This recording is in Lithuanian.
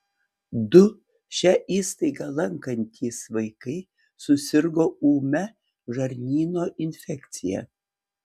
du šią įstaigą lankantys vaikai susirgo ūmia žarnyno infekcija